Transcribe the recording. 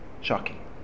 shocking